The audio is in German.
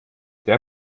der